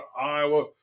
Iowa